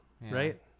right